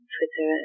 Twitter